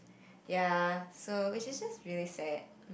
ya so which is just really sad